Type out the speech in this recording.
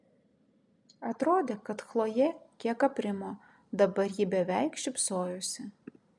atrodė kad chlojė kiek aprimo dabar ji beveik šypsojosi